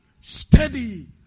Steady